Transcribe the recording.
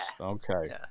okay